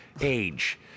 age